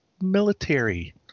military